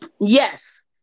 yes